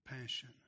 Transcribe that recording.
passion